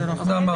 אמרנו את זה.